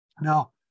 Now